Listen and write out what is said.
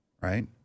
right